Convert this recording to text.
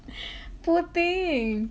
poor thing